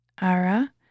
Ara